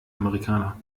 amerikaner